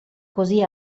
così